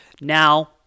Now